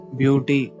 beauty